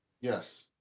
Yes